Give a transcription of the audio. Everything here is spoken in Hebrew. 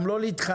גם לא להתחנף.